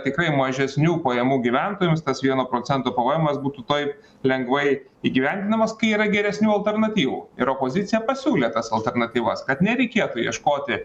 tikrai mažesnių pajamų gyventojams tas vieno procento pvemas būtų taip lengvai įgyvendinamas kai yra geresnių alternatyvų ir opozicija pasiūlė tas alternatyvas kad nereikėtų ieškoti